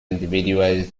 individuals